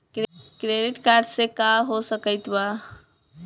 Credit card से का हो सकइत बा?